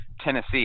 Tennessee